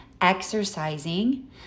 exercising